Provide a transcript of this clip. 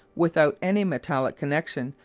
without any metallic connection,